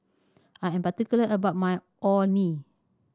I am particular about my Orh Nee